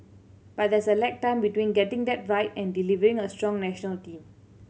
but there's a lag time between getting that right and delivering a strong national team